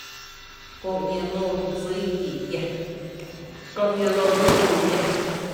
Kö ‘ña lóó dsi gi giá Kö ´ña loo dsi tu lu giⱥ.